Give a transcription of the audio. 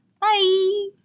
Bye